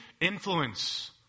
influence